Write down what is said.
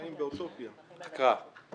הקראה.